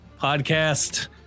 podcast